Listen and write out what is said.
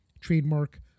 trademark